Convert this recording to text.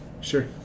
Sure